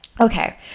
Okay